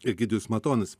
egidijus matonis